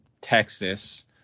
Texas